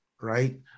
right